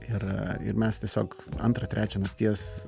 ir ir mes tiesiog antrą trečią nakties